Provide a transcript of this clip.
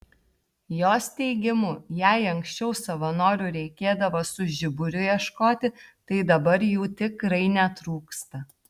jos teigimu jei anksčiau savanorių reikėdavo su žiburiu ieškoti tai dabar jų tikrai netrūksta